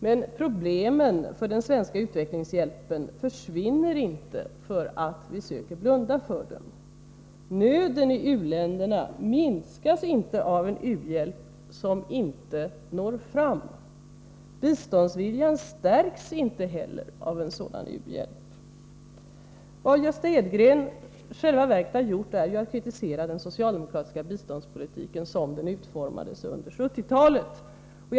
Men problemen för den svenska utvecklingshjälpen försvinner inte för att vi söker blunda för dem. Nöden i u-länderna minskas inte av en u-hjälp som inte når fram. Biståndsviljan stärks inte heller av en sådan u-hjälp. Vad Gösta Edgren i själva verket har gjort är ju att kritisera den socialdemokratiska biståndspolitiken som den utformades under 1970-talet.